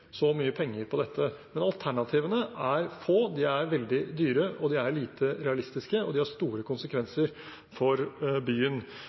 så mye penger på dette, men alternativene er få, de er veldig dyre, de er lite realistiske, og de har store konsekvenser for byen.